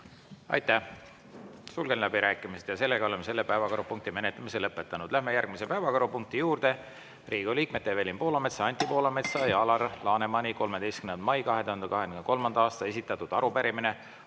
Aitäh! Sulgen läbirääkimised. Oleme selle päevakorrapunkti menetlemise lõpetanud. Läheme järgmise päevakorrapunkti juurde: Riigikogu liikmete Evelin Poolametsa, Anti Poolametsa ja Alar Lanemani 13. mail 2023. aastal esitatud arupärimine